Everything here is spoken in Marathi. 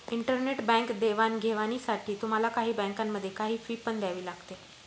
इंटरनेट बँक देवाणघेवाणीसाठी तुम्हाला काही बँकांमध्ये, काही फी पण द्यावी लागते